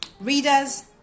readers